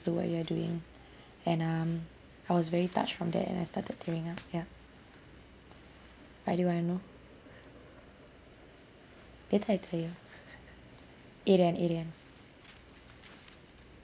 with what you are doing and um I was very touched from there and I started tearing up ya why do you want to know later I tell you irian irian